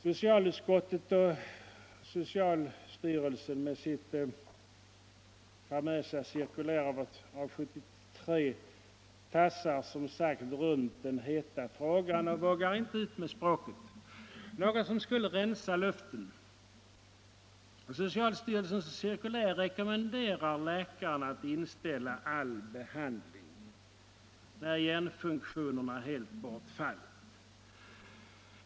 Socialutskottet och socialstyrelsen med sitt famösa cirkulär av år 1973 tassade som sagt runt den heta frågan och vågade inte komma ut med språket — något som skulle rensa luften. Socialstyrelsens cirkulär rekommenderar läkarna att inställa all behandling när hjärnfunktionerna helt bortfallit.